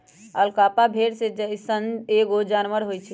alpaca भेड़ के जइसन एगो जानवर होई छई